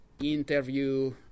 interview